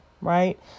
right